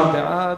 בעד,